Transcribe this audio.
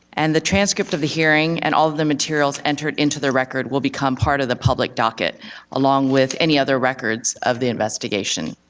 and the transcript of the hearing and all of the materials entered into the record will become part of the public docket along with any other records of the investigation.